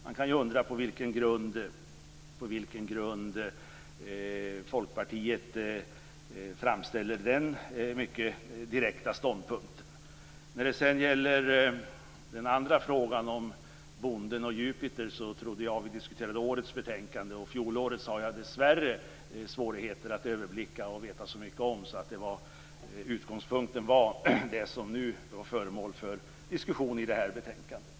Man kan undra på vilken grund Folkpartiet framställer den mycket direkta ståndpunkten. När det sedan gäller den andra frågan om bonden och Jupiter trodde jag att vi diskuterade årets betänkande. Fjolårets har jag dessvärre svårigheter att överblicka och veta så mycket om. Utgångspunkten var det som var föremål för diskussion i det här betänkandet.